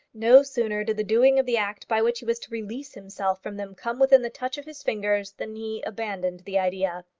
no sooner did the doing of the act by which he was to release himself from them come within the touch of his fingers, than he abandoned the idea.